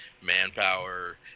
manpower